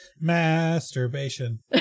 masturbation